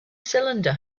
cylinder